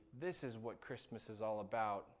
this-is-what-Christmas-is-all-about